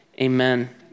Amen